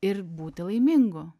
ir būti laimingu